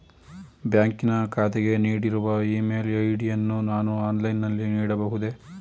ಬ್ಯಾಂಕಿನ ಖಾತೆಗೆ ನೀಡಿರುವ ಇ ಮೇಲ್ ಐ.ಡಿ ಯನ್ನು ನಾನು ಆನ್ಲೈನ್ ನಲ್ಲಿ ನೀಡಬಹುದೇ?